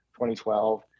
2012